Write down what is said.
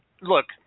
look